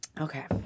Okay